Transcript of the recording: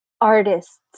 artists